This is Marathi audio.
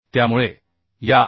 त्यामुळे या आय